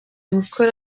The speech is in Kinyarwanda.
gukora